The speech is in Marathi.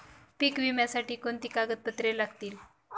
पीक विम्यासाठी कोणती कागदपत्रे लागतील?